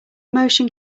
motion